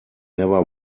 never